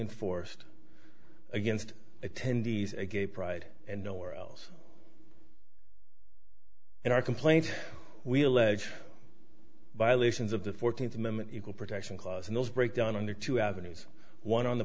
enforced against attendees a gay pride and nowhere else in our complaint we allege violations of the fourteenth amendment equal protection clause and those break down under two avenues one on the